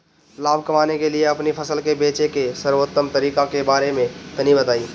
लाभ कमाने के लिए अपनी फसल के बेचे के सर्वोत्तम तरीके के बारे में तनी बताई?